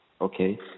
Okay